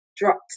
dropped